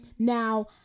Now